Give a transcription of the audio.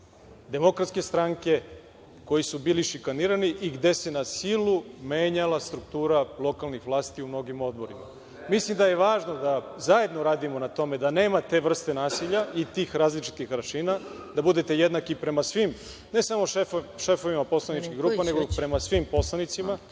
odbornicima DS koju su bili šikanirani i gde se na silu menjala struktura lokalnih vlasti u mnogim odborima. Mislim da je važno da zajedno radimo na tome da nema te vrste nasilja i tih različitih aršina, da budete jednaki prema svim ne samo šefovima poslaničkih grupa, nego i prema svim poslanicima.